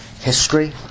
history